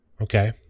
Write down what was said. Okay